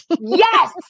Yes